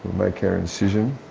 make our incision.